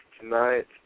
tonight